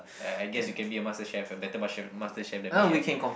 I I guess you can be the Master Chef a better Master Master Chef than me eh